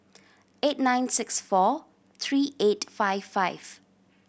eight nine six four three eight five five